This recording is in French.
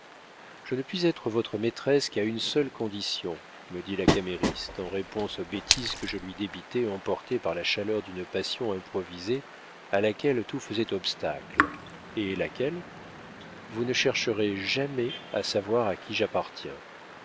je ne puis être votre maîtresse qu'à une seule condition me dit la camériste en réponse aux bêtises que je lui débitais emporté par la chaleur d'une passion improvisée à laquelle tout faisait obstacle et laquelle vous ne chercherez jamais à savoir à qui j'appartiens